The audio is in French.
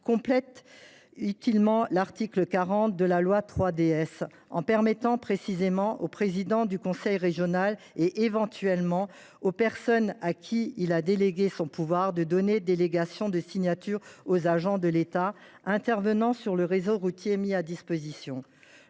complète utilement l’article 40 de la loi 3DS en permettant précisément au président du conseil régional, et éventuellement aux personnes à qui il a délégué son pouvoir, de donner délégation de signature aux agents de l’État intervenant sur le réseau routier mis à disposition.